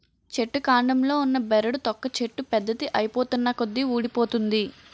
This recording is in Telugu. చెట్టు కాండంలో ఉన్న బెరడు తొక్క చెట్టు పెద్దది ఐతున్నకొలది వూడిపోతుంది